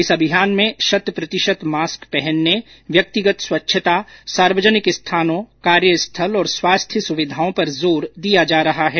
इस अभियान में शत प्रतिशत मास्क पहनने व्यक्तिगत स्चच्छता सार्वजनिक स्थानों कार्यस्थल और स्वास्थ्य सुवधिाओं पर जोर दिया जा रहा है